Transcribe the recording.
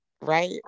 right